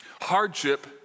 Hardship